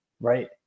right